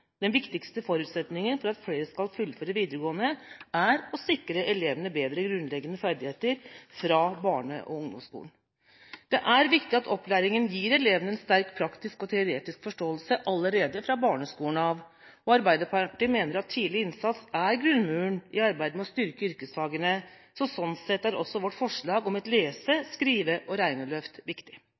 Den viktigste forutsetningen for at flere skal fullføre videregående, er å sikre elevene bedre grunnleggende ferdigheter fra barne- og ungdomsskolen. Det er viktig at opplæringen gir elevene en sterk praktisk og teoretisk forståelse allerede fra barneskolen av, og Arbeiderpartiet mener at tidlig innsats er grunnmuren i arbeidet med å styrke yrkesfagene. Sånn sett er også vårt forslag om et lese-, skrive- og regneløft viktig.